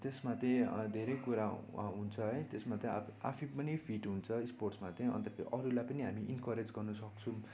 त्यसमा त्यही धेरै कुरा हुन्छ है त्यसमा त्यही आफैँ आफैँ पनि फिट हुन्छ स्पोर्ट्समा त्यही अन्त त्यो अरूलाई पनि हामी इन्करेज गर्नु सक्छौँ